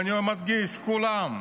ואני מדגיש: כולם,